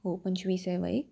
हो पंचवीस आहे वय